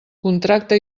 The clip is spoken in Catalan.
contracta